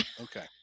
Okay